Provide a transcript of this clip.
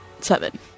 seven